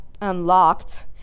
unlocked